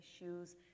issues